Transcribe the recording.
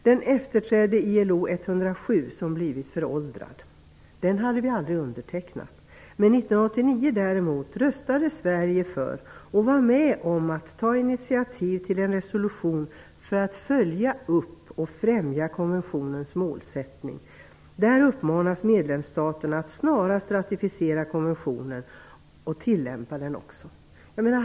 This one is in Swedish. Den efterträdde ILO konvention 107 som blivit föråldrad. Den hade vi aldrig undertecknat. Men 1989 röstade Sverige för och var med om att ta initiativ till en resolution om att följa upp och främja konventionens målsättning. Där uppmanas medlemsstaterna att snarast ratificera konventionen och tillämpa den också.